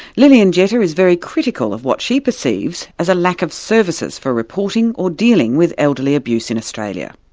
lillian jetta is very critical of what she perceives as a lack of services for reporting or dealing with elderly abuse in australia.